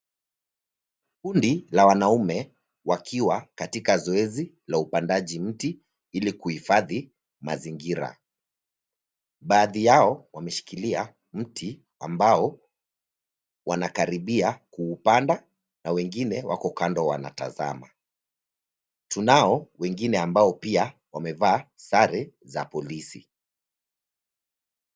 Kundi ka wanaume wakiwa kwenye zoezi la upandaji mti ili kuhifadhi mazingira. Baadhi yao wameshikilia mti ambao wamekaribia kuupanda na wengine wako kando wanatazama. Tunao wengine ambao pia wamevaa sare za polisi.